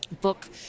book